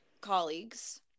colleagues